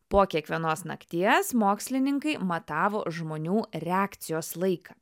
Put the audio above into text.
po kiekvienos nakties mokslininkai matavo žmonių reakcijos laiką